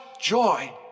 joy